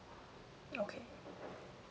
okay